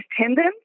tendons